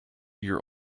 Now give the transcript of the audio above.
your